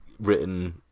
Written